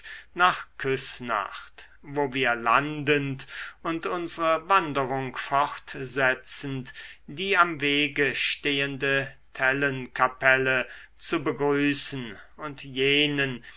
nach küßnacht wo wir landend und unsre wanderung fortsetzend die am wege stehende tellenkapelle zu begrüßen und jenen